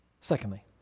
Secondly